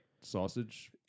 sausage